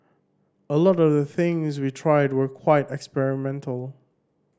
a lot of the things we tried were quite experimental